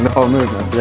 whole movement.